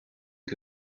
que